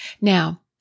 Now